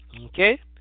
Okay